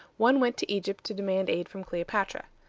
one went to egypt to demand aid from cleopatra.